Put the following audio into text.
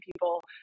people